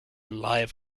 live